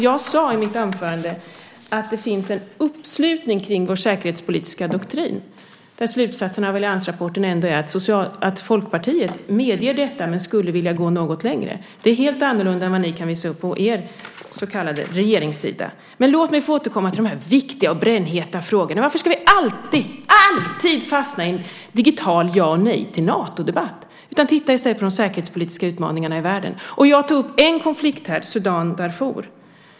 Jag sade i mitt anförande att det finns en uppslutning kring vår säkerhetspolitiska doktrin där slutsatsen i alliansrapporten ändå är att Folkpartiet medger detta men skulle vilja gå något längre. Det är helt annorlunda än vad ni kan visa på er så kallade regeringssida. Men låt mig återgå till de viktiga och brännheta frågorna. Varför ska vi alltid fastna i en debatt om digitalt ja eller nej till Nato? Låt oss i stället titta på de säkerhetspolitiska utmaningarna i världen. Jag tog upp en konflikt, Darfur i Sudan.